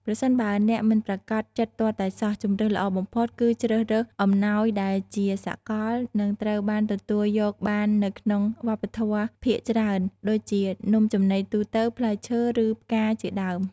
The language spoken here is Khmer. ប្រសិនបើអ្នកមិនប្រាកដចិត្តទាល់តែសោះ ជម្រើសល្អបំផុតគឺជ្រើសរើសអំណោយដែលជាសកល និងត្រូវបានទទួលយកបាននៅក្នុងវប្បធម៌ភាគច្រើន ដូចជា នំចំណីទូទៅ ផ្លែឈើ ឬផ្កា ជាដើម។